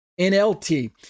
NLT